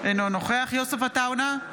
אינו נוכח יוסף עטאונה,